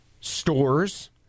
stores